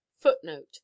Footnote